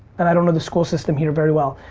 and i don't know the school system here very well,